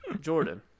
Jordan